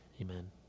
Amen